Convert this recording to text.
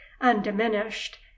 undiminished